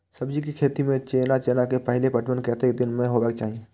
सब्जी के खेती में जेना चना के पहिले पटवन कतेक दिन पर हेबाक चाही?